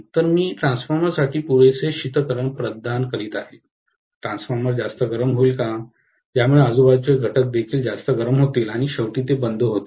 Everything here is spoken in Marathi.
तर मी ट्रान्सफॉर्मरसाठी पुरेसे शीतकरण प्रदान करीत आहे ट्रान्सफॉर्मर जास्त गरम होईल का ज्यामुळे आजूबाजूचे घटकदेखील जास्त गरम होतील आणि शेवटी ते बंद होईल